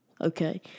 okay